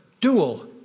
dual